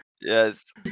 Yes